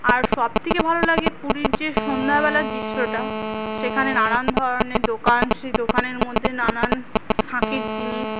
আর সব থেকে ভালো লাগে পুরীর যে সন্ধ্যা বেলার দৃশ্যটা সেখানে নানান ধরনের দোকান সেই দোকানের মধ্যে নানান শাঁকের জিনিস